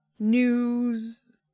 news